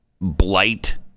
blight